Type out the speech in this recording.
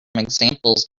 examples